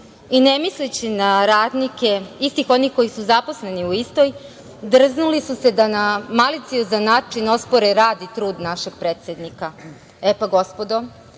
i ne misleći na radnike istih onih koji su zaposleni u istoj, drznuli su se da na maliciozan način ospore rad i trud našeg predsednika. E pa, gospodo,